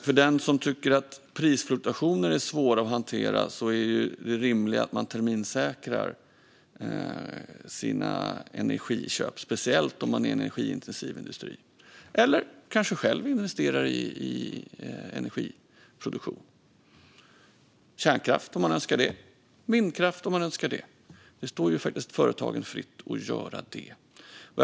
För den som tycker att prisfluktuationer är svåra att hantera är det rimliga att man terminssäkrar sina energiköp, speciellt om man är en energiintensiv industri, eller kanske själv investerar i energiproduktion. Det kan vara kärnkraft om man önskar det eller vindkraft om man önskar det. Det står företagen fritt att göra detta.